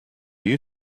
you